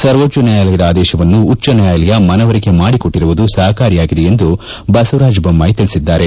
ಸರ್ವೋಚ್ಚ ನ್ನಾಯಾಯದ ಆದೇತವನ್ನು ಉಚ್ದ ನ್ಯಾಯಾಲಯ ಮನವರಿಕೆ ಮಾಡಿಕೊಟ್ಟರುವುದು ಸಹಕಾರಿಯಾಗಿದೆ ಎಂದು ಅವರು ತಿಳಿಸಿದ್ದಾರೆ